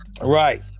right